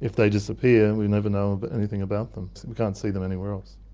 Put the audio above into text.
if they disappear we'll never know but anything about them, we can't see them anywhere else.